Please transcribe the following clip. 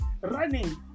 running